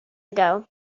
ago